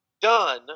done